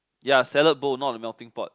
ya salad bowl not the melting pot